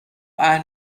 اهل